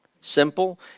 Simple